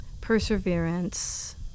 perseverance